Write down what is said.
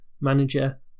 manager